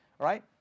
right